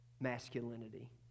masculinity